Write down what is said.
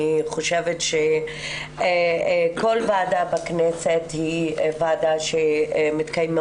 אני חושבת שכל ועדה בכנסת היא ועדה שמתקיימים